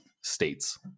states